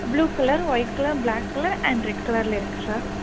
blue colour white colour black colour and red கலரில் இருக்குது sir